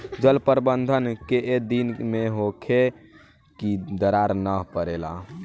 जल प्रबंधन केय दिन में होखे कि दरार न परेला?